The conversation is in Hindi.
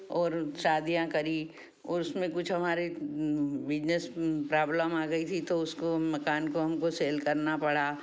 और शादियाँ करी और उसमें कुछ हमारे बिज़नेस प्रॉब्लम आ गई थी तो उसको मकान को हमको सेल करना पड़ा